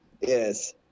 Yes